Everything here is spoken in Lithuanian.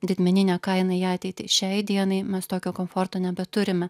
didmeninę kainą į ateitį šiai dienai mes tokio komforto nebeturime